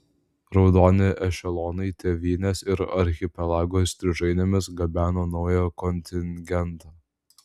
raudoni ešelonai tėvynės ir archipelago įstrižainėmis gabeno naują kontingentą